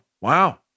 wow